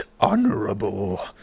honorable